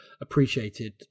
appreciated